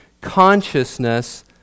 consciousness